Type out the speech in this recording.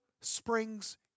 springs